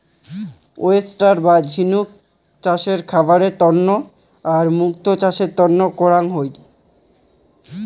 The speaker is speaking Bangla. ওয়েস্টার বা ঝিনুক চাষ খাবারের তন্ন আর মুক্তো চাষ তন্ন করাং হই